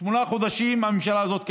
שמונה חודשים הממשלה הזאת קיימת,